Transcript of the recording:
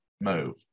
move